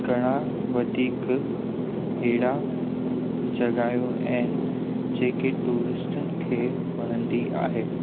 घणा वधीक हेड़ी जॻहयूं आहिनि जेके टूरिस्टनि खे वणंदी आहे